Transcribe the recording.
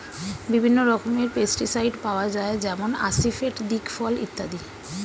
বিভিন্ন রকমের পেস্টিসাইড পাওয়া যায় যেমন আসিফেট, দিকফল ইত্যাদি